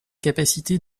capacité